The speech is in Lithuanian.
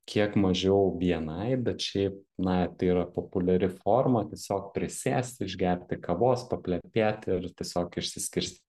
kiek mažiau bni bet šiaip na tai yra populiari forma tiesiog prisėst išgerti kavos paplepėti ir tiesiog išsiskirstyt